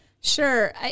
Sure